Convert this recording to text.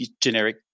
generic